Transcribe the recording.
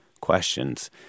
questions